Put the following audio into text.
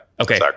Okay